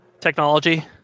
technology